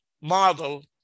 model